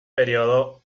período